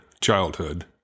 childhood